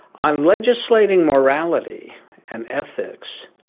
on legislating morality and ethics,